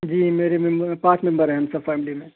جی میرے ممبر میں پانچ ممبر ہیں ہم سب فیملی میں